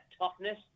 toughness